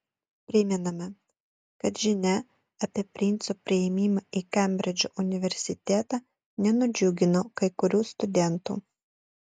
primename kad žinia apie princo priėmimą į kembridžo universitetą nenudžiugino kai kurių studentų